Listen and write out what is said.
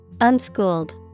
Unschooled